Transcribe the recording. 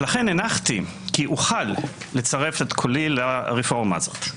לכן הנחתי כי אוכל לצרף את קולי לרפורמה הזאת.